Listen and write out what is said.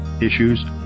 issues